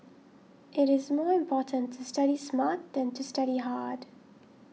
it is more important to study smart than to study hard